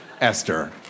Esther